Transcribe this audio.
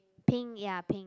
pink ya pink